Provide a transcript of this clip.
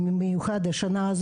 במיוחד השנה,